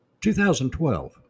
2012